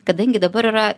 kadangi dabar yra